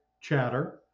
Chatter